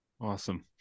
awesome